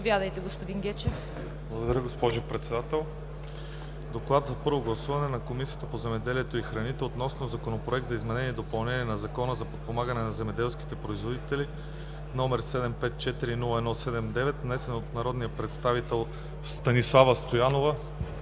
Благодаря, госпожо Председател. „ДОКЛАД за първо гласуване на Комисията по земеделието и храните относно Законопроект за изменение и допълнение на Закона за подпомагане на земеделските производители, № 754-01-79, внесен от народния представител Станислава Стоянова